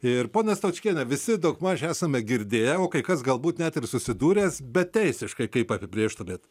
ir ponia stočkiene visi daugmaž esame girdėję o kai kas galbūt net ir susidūręs bet teisiškai kaip apibrėžtumėt